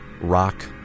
rock